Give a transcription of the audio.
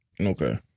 Okay